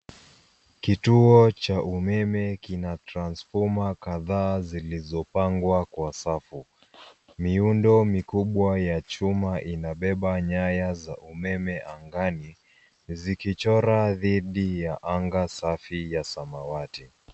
Kituo cha umeme kina transfoma kadhaa zilizopangwa kwa safu. Miundo mikubwa ya chuma inabeba nyaya za umeme angani, zikichora dhidi ya anga safi ya samawati.